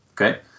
Okay